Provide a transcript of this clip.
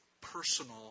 personal